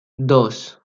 dos